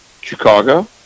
Chicago